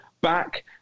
back